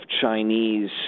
Chinese